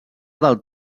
del